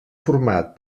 format